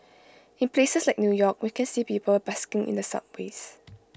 in places like new york we can see people busking in the subways